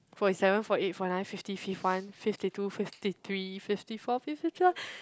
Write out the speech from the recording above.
forty seven forty eight forty nine fifty fif~ one fifty two fifty three fifty four fifty twelve